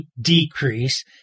decrease